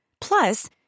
Plus